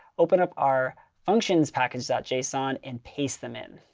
open up our functions packing json and paste them in.